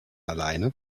alleine